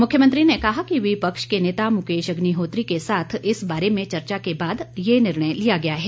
मुख्यमंत्री ने कहा कि विपक्ष के नेता मुकेश अग्निहोत्री के साथ इस बारे में चर्चा के बाद ये निर्णय लिया गया है